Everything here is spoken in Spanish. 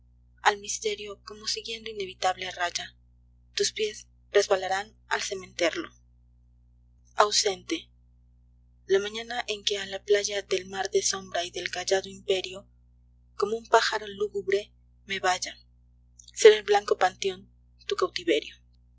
al misterio como siguiendo inevitable raya tus pies resbalarán al cementerio ausente la mañana en que a la playa del mar de sombra y del callado imperio como un pájaro lúgubre me vaya será el blanco panteón tu cautiverio